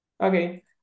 Okay